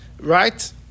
Right